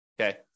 Okay